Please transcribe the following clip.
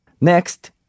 Next